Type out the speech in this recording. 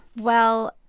well,